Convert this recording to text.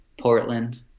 Portland